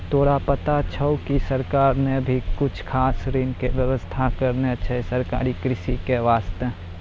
तोरा पता छौं कि सरकार नॅ भी कुछ खास ऋण के व्यवस्था करनॅ छै सहकारी कृषि के वास्तॅ